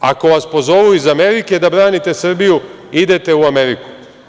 Ako vas pozovu iz Amerike da branite Srbiju, idete u Ameriku.